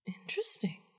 Interesting